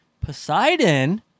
Poseidon